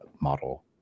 model